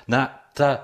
na ta